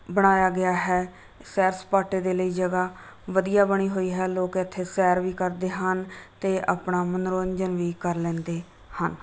ਬਣਾਇਆ ਗਿਆ ਹੈ ਸੈਰ ਸਪਾਟੇ ਦੇ ਲਈ ਜਗ੍ਹਾ ਵਧੀਆ ਬਣੀ ਹੋਈ ਹੈ ਲੋਕ ਇੱਥੇ ਸੈਰ ਵੀ ਕਰਦੇ ਹਨ ਅਤੇ ਆਪਣਾ ਮਨੋਰੰਜਨ ਵੀ ਕਰ ਲੈਂਦੇ ਹਨ